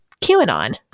QAnon